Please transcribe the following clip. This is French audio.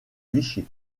vichy